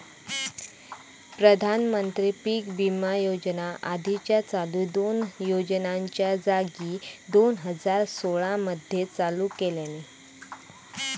प्रधानमंत्री पीक विमा योजना आधीच्या चालू दोन योजनांच्या जागी दोन हजार सोळा मध्ये चालू केल्यानी